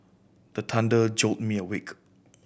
the thunder jolt me awake